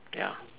ya